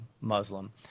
Muslim